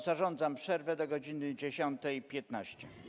Zarządzam przerwę do godz. 10.15.